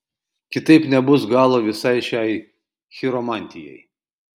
kitaip nebus galo visai šiai chiromantijai